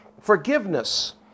forgiveness